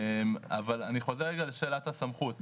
אני חוזר רגע לשאלת הסמכות: